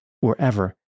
wherever